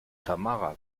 tamara